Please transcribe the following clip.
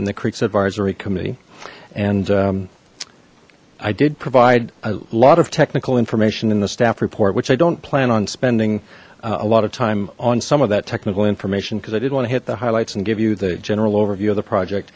very committee and i did provide a lot of technical information in the staff report which i don't plan on spending a lot of time on some of that technical information because i didn't want to hit the highlights and give you the general overview of the project